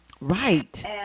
Right